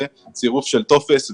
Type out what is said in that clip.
צירוף של טופס וזהו.